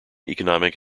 economic